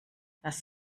das